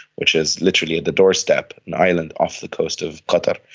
which is literally the doorstep, an island off the coast of qatar,